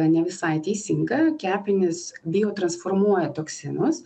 ne visai teisinga kepenys biotransformuoja toksinus